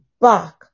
back